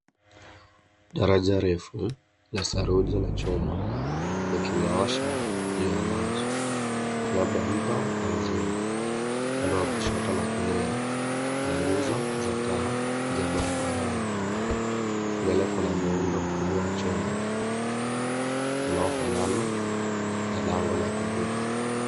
Daraja refu la saruji na chuma likinyoosha juu ya maji labda mto au ziwa, upande wa kushoto na kulia kuna nguzo za taa za barabarani, mbele kuna muundo mkubwa wa chuma unaofanana na lango la kuvuka.